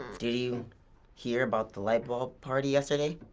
did you hear about the light bulb party yesterday?